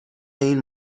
این